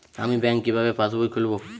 আমি ব্যাঙ্ক কিভাবে পাশবই খুলব?